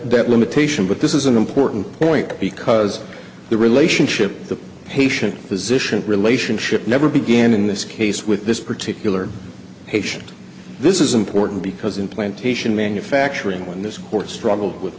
that limitation but this is an important point because the relationship with the patient physician relationship never began in this case with this particular patient this is important because implantation manufacturing when this court struggled with